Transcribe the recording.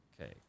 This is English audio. Okay